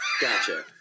Gotcha